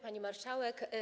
Pani Marszałek!